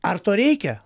ar to reikia